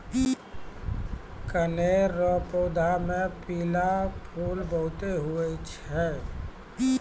कनेर रो पौधा मे पीला फूल बहुते हुवै छै